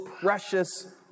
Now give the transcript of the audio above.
precious